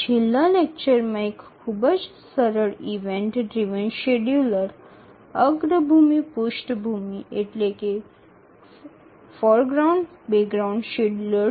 শেষ বক্তৃতায় আমরা একটি খুব সাধারণ ইভেন্ট চালিত শিডিয়ুলার দেখেছি ফোরগ্রাউন্ড ব্যাকগ্রাউন্ড শিডিউলার